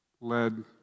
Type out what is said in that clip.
led